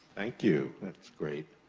thank you, that's great.